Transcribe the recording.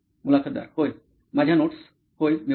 मुलाखतदार होय माझ्या नोट्स होय मी वापरते